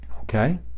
Okay